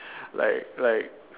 like like